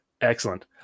Excellent